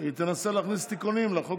היא תנסה להכניס תיקונים לחוק